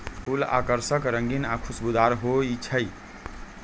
फूल आकर्षक रंगीन आ खुशबूदार हो ईछई